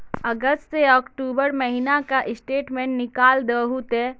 अगस्त से अक्टूबर महीना का स्टेटमेंट निकाल दहु ते?